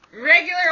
Regular